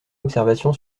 observation